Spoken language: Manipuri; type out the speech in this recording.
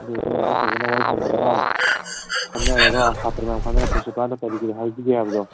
ꯑꯗꯨꯗꯨꯅ ꯑꯝꯇꯪ ꯐꯖꯅ ꯋꯥꯔꯤ ꯁꯥꯟꯅꯔꯒ ꯈꯟꯅꯔꯒ ꯁꯥꯠꯇ꯭ꯔ ꯃꯌꯥꯝ ꯈꯟꯅꯔ ꯄ꯭ꯔꯤꯟꯁꯤꯄꯥꯜꯗ ꯀꯔꯤ ꯀꯔꯤ ꯍꯥꯏꯁꯤꯒꯦ ꯍꯥꯏꯕꯗꯣ